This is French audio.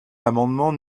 l’amendement